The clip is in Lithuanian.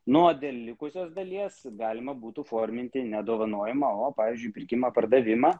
nuo dėl likusios dalies galima būtų forminti nedovanojama o pavyzdžiui pirkimą pardavimą